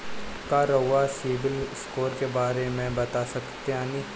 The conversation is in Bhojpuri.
का रउआ सिबिल स्कोर के बारे में बता सकतानी?